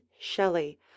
shelley